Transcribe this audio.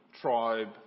tribe